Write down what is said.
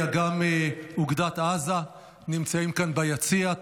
אג"ם אוגדת עזה שנמצאים כאן ביציע.